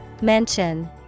Mention